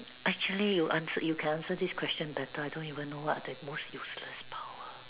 actually you answer you can answer this question better I don't even know what is the most useless power